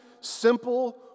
simple